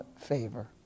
favor